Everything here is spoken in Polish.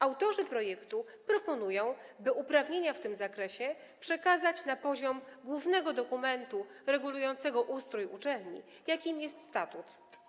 Autorzy projektu proponują, by uprawnienia w tym zakresie przekazać na poziom głównego dokumentu regulującego ustrój uczelni, jakim jest statut.